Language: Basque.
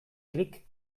klik